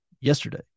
yesterday